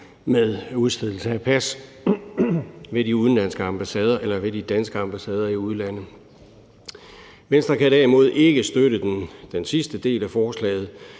med udstedelse af pas ved de udenlandske ambassader eller ved de danske ambassader i udlandet. Venstre kan derimod ikke støtte den sidste del af forslaget.